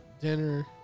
dinner